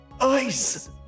Ice